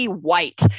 white